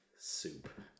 soup